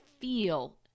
feel